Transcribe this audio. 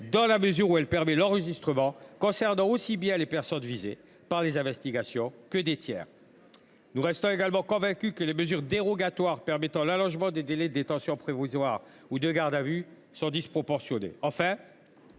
dans la mesure où elle permet l’enregistrement […] concernant aussi bien les personnes visées par les investigations que des tiers. » Nous restons également convaincus que les mesures dérogatoires permettant l’allongement des délais de détention provisoire ou de garde à vue sont disproportionnées.